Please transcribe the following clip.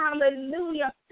hallelujah